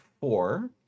four